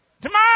Tomorrow